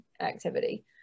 activity